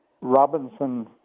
Robinson